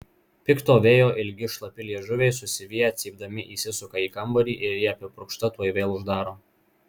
pikto vėjo ilgi šlapi liežuviai susiviję cypdami įsisuka į kambarį ir ji apipurkšta tuoj vėl uždaro